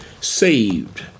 saved